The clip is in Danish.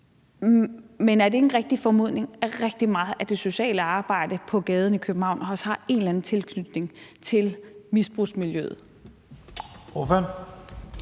– om det ikke er en rigtig formodning, at rigtig meget af det sociale arbejde på gaden i København også har en eller anden tilknytning til misbrugsmiljøet.